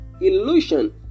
illusion